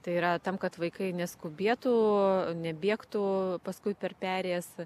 tai yra tam kad vaikai neskubėtų nebėgtų paskui per perėjas